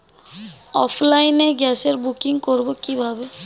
অফলাইনে গ্যাসের বুকিং করব কিভাবে?